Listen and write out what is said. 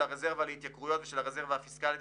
הרזרבה להתייקרויות ושל הרזרבה הפיסקלית,